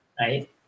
right